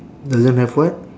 doesn't have what